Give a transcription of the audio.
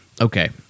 okay